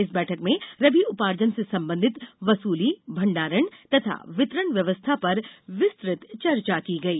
इस बैठक में रबी उपार्जन से संबंधित वसूली भण्डारण तथा वितरण व्यवस्था पर विस्तृत चर्चा की गई